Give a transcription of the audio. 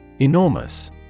Enormous